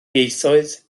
ieithoedd